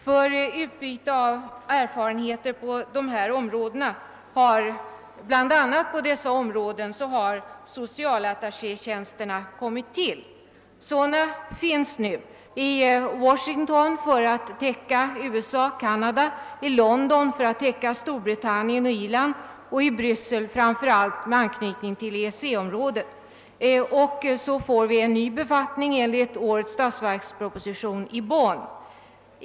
För utbyte av erfarenheter bl.a. på dessa områden har socialattachétjänsterna kommit till. Sådana finns nu i Washington för att täcka USA och Canada, i London för att täcka Storbritannien och Irland samt i Bryssel framför allt med anknytning till EEC-området. Enligt årets statsverksproposition inrättas dessutom en ny sådan befattning i Bonn.